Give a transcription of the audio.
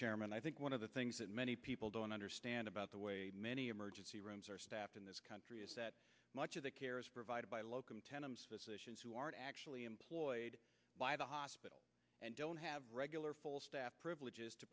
chairman i think one of the things that many people don't understand about the way many emergency rooms are staffed in this country is that much of the care is provided by locum tenens who are actually employed by the hospital and don't have regular full staff privileges to